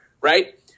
right